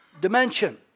Dimension